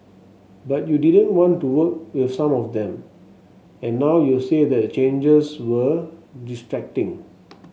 but you didn't want to work with some of them and now you've said that the changes were distracting